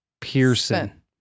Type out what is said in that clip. Pearson